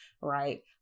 Right